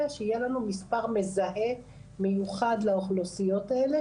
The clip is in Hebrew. שיהיה לנו מספר מזהה מיוחד לאוכלוסיות האלה,